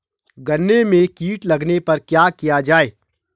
गन्ने में कीट लगने पर क्या किया जाये?